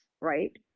Right